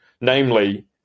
namely